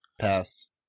Pass